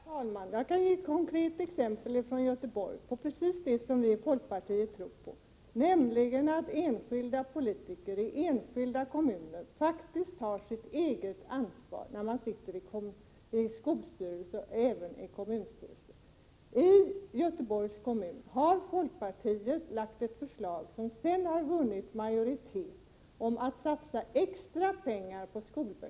Herr talman! Jag kan ge ett konkret exempel från Göteborg på det som vi i folkpartiet tror på, nämligen att enskilda politiker och enskilda kommuner faktiskt tar sitt ansvar som representanter i skolstyrelse och även i kommunstyrelse. I Göteborgs kommun har folkpartiet lagt fram ett förslag, som sedan har vunnit majoritet, om att satsa extra pengar på skolböcker.